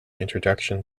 introduction